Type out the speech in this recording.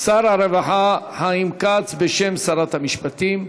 שר הרווחה חיים כץ, בשם שרת המשפטים.